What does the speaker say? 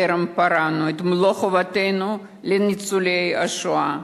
טרם פרענו את מלוא חובנו לניצולי השואה,